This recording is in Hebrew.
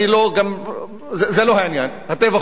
זה לא העניין הטבח הוא טבח.